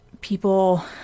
people